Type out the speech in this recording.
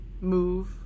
move